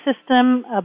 system